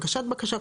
הגשת בקשה,